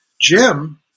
Jim